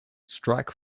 strike